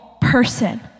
person